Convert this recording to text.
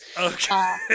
Okay